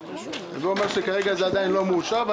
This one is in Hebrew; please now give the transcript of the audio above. זה אומר שכרגע זה עדיין לא מאושר.